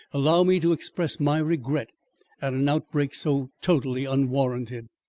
allow me to express my regret at an outbreak so totally unwarranted.